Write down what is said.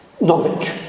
knowledge